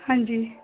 ਹਾਂਜੀ